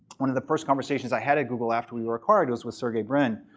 one of the first conversations i had at google after we were acquired was with sergey brin.